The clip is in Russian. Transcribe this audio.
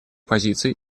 позиций